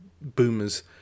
boomers